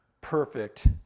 perfect